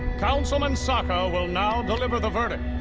councilman sokka will now deliver the verdict.